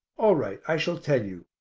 all right, i shall tell you.